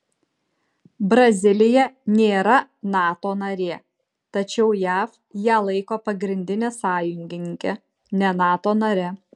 brazilija nėra nato narė tačiau jav ją laiko pagrindine sąjungininke ne nato nare